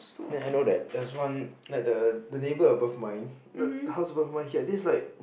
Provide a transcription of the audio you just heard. then I know that there's one like the the neighbour above mine the house above mine he had this like